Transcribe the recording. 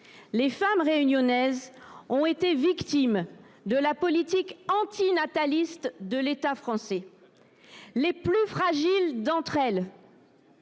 les femmes réunionnaises ont été victimes de la politique antinataliste de l’État français. Les plus fragiles d’entre elles